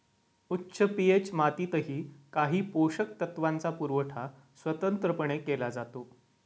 उच्च पी.एच मातीतही काही पोषक तत्वांचा पुरवठा स्वतंत्रपणे केला जातो